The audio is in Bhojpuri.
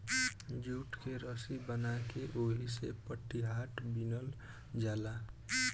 जूट के रसी बना के ओहिसे पटिहाट बिनल जाला